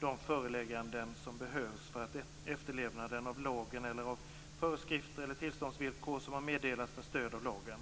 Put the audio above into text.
de förelägganden som behövs för efterlevnaden av föreskrifter eller tillståndsvillkor som har meddelats med stöd av lagen.